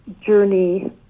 journey